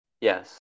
Yes